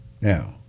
Now